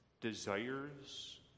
desires